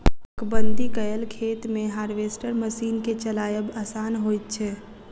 चकबंदी कयल खेत मे हार्वेस्टर मशीन के चलायब आसान होइत छै